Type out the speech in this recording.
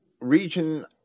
region